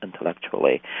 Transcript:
intellectually